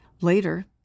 Later